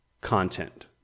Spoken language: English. content